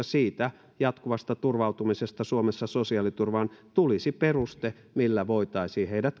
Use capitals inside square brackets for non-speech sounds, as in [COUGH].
[UNINTELLIGIBLE] siitä jatkuvasta turvautumisesta suomessa sosiaaliturvaan tulisi peruste millä heidät voitaisiin